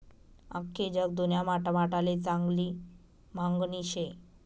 आख्खी जगदुन्यामा टमाटाले चांगली मांगनी शे